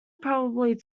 probably